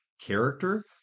character